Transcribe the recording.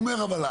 הוא אומר אבל,